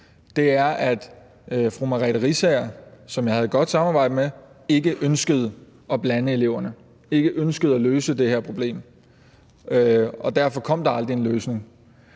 nu, er, at fru Merete Riisager, som jeg havde et godt samarbejde med, ikke ønskede at blande eleverne, ikke ønskede at løse det her problem, og derfor kom der aldrig en løsning.